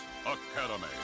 Academy